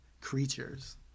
creatures